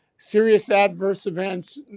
serious adverse events,